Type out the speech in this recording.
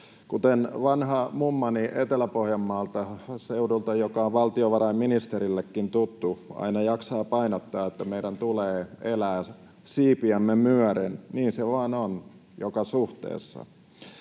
Kuten vanha mummani Etelä-Pohjanmaalta, seudulta, joka on valtiovarainministerillekin tuttu, aina jaksaa painottaa, meidän tulee elää siipiämme myöden. Niin se vaan on joka suhteessa.